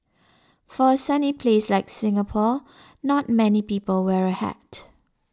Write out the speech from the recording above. for a sunny place like Singapore not many people wear a hat